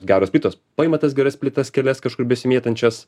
geros plytos paima tas geras plytas kelias kažkur besimėtančias